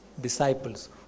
disciples